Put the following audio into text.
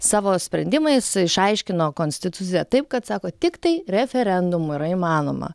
savo sprendimais išaiškino konstituciją taip kad sako tiktai referendumu yra įmanoma